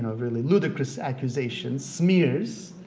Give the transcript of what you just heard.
really ludicrous accusations, smears,